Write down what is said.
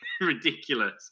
ridiculous